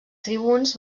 tribuns